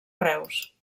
reus